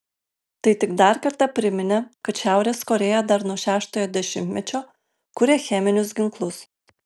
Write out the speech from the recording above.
tai tik dar kartą priminė kad šiaurės korėja dar nuo šeštojo dešimtmečio kuria cheminius ginklus